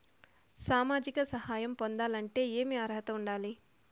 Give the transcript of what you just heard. సామాజిక సహాయం పొందాలంటే ఏమి అర్హత ఉండాలి?